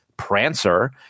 Prancer